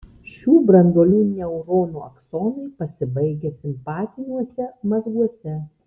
šių branduolių neuronų aksonai pasibaigia simpatiniuose mazguose